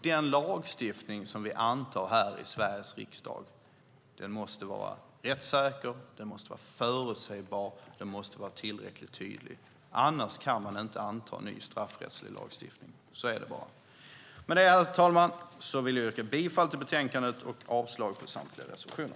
Den lagstiftning som vi antar i Sveriges riksdag måste vara rättssäker, förutsägbar och tillräckligt tydlig. Annars kan vi inte anta ny straffrättslig lagstiftning. Herr talman! Jag yrkar bifall till förslaget i betänkandet och avslag på samtliga reservationer.